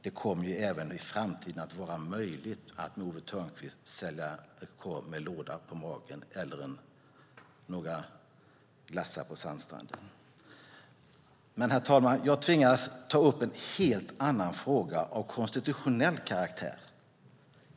Det kommer ju även i framtiden att vara möjligt att med Owe Thörnqvist sälja korv med låda på magen eller några glassar på sandstranden. Men, herr talman, jag tvingas att ta upp en helt annan fråga av konstitutionell karaktär.